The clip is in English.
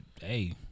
hey